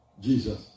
Jesus